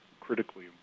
critically